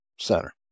center